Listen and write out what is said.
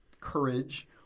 courage